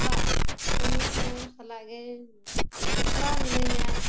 ᱚᱲᱟᱜ ᱠᱟᱹᱢᱤ ᱠᱚ ᱥᱟᱞᱟᱜ ᱜᱮ ᱡᱚᱯᱲᱟᱣ ᱢᱤᱱᱟᱹᱧᱟ